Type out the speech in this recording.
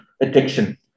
addiction